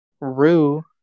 Rue